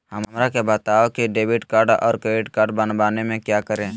हमरा के बताओ की डेबिट कार्ड और क्रेडिट कार्ड बनवाने में क्या करें?